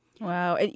Wow